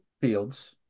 Fields